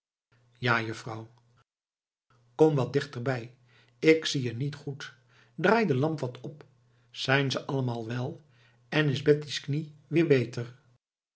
ja juffrouw kom wat dichter bij ik zie je niet goed draai de lamp wat op zijn ze allemaal wel en is betty's knie weer beter